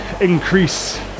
increase